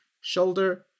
shoulder